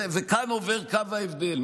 כאן עובר קו ההבדל.